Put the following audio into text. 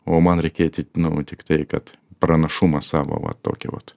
o man reikėti nu tiktai kad pranašumą savo va tokią vot